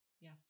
Yes